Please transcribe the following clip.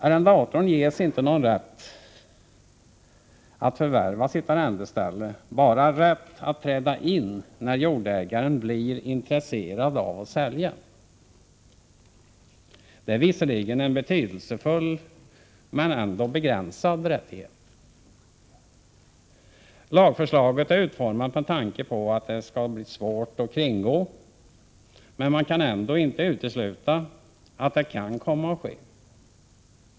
Arrendatorn ges egentligen inte någon rätt att förvärva sitt arrendeställe utan bara en rätt att träda in, när jordägaren blir intresserad av att sälja. Det är en visserligen betydelsefull men ändå begränsad rättighet. Lagförslaget är utformat med tanke på att lagen skall bli svår att kringgå, men man kan ändå inte utesluta att så kan komma att ske.